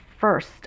first